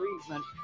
treatment